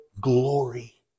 glory